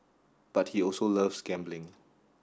but he also loves gambling